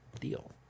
deal